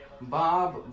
Bob